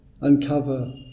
uncover